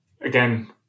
again